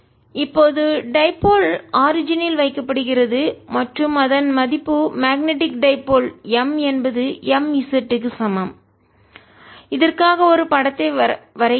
இப்போது டைபோல் இருமுனை ஆரிஜினில் வைக்கப்படுகிறது மற்றும் அதன் மதிப்பு மேக்னெட்டிக் டைபோல் m என்பது mz க்கு சமம் இதற்காக ஒரு படத்தை வரைகிறேன்